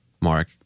Mark